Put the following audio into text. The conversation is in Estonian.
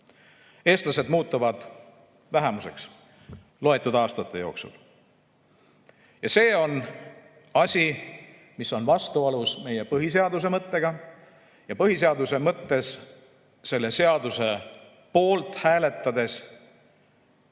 Eestlased muutuvad vähemuseks loetud aastate jooksul. Ja see on asi, mis on vastuolus meie põhiseaduse mõttega. Ja põhiseaduse mõttes selle seaduse poolt hääletades on pandud